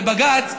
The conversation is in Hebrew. לבג"ץ.